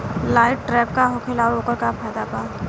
Light trap का होखेला आउर ओकर का फाइदा बा?